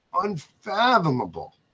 unfathomable